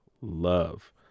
love